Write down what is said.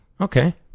Okay